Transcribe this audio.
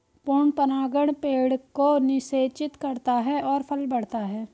पूर्ण परागण पेड़ को निषेचित करता है और फल बढ़ता है